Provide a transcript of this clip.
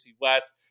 West